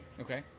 okay